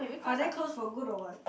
are they closed for good or what